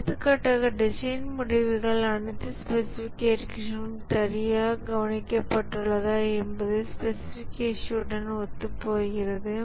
எடுத்துக்காட்டாக டிசைன் முடிவுகள் அனைத்து ஸ்பெசிஃபிகேஷன்களும் சரியாக கவனிக்கப்பட்டுள்ளதா என்பது ஸ்பெசிஃபிகேஷன் உடன் ஒத்துப்போகிறது